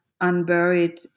unburied